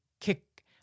kick